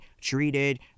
treated